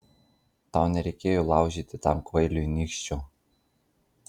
tau nereikėjo laužyti tam kvailiui nykščio